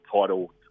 title